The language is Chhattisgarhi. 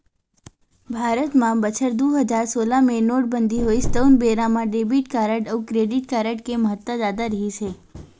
भारत म बछर दू हजार सोलह मे नोटबंदी होइस तउन बेरा म डेबिट कारड अउ क्रेडिट कारड के महत्ता जादा रिहिस हे